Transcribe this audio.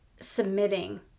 submitting